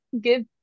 give